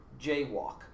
jaywalk